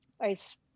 ice